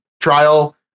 trial